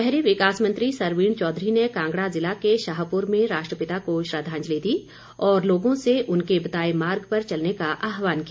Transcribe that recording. शहरी विकास मंत्री सरवीण चौधरी ने कांगड़ा ज़िला के शाहपुर में राष्ट्रपिता को श्रद्धांजलि दी और लोगों से उनके बताए मार्ग पर चलने का आहवान किया